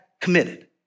committed